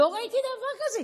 אבל לא ראיתי דבר כזה.